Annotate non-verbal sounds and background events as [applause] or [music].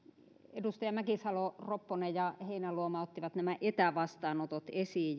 edustajat mäkisalo ropponen ja heinäluoma ottivat nämä etävastaanotot esiin [unintelligible]